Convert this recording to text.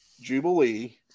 Jubilee